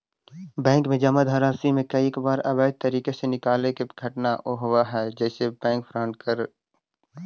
bank में जमा धनराशि के कईक बार अवैध तरीका से निकाले के घटना होवऽ हइ जेसे बैंक फ्रॉड करऽ हइ